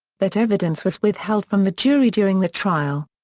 that evidence was withheld from the jury during the trial.